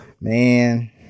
man